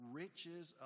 riches